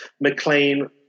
McLean